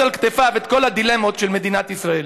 על כתפיו את כל הדילמות של מדינת ישראל?